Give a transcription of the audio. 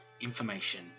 information